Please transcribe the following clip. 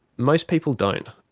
most people don't.